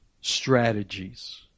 strategies